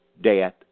death